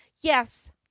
Yes